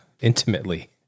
intimately